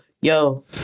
yo